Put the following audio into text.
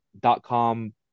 dot-com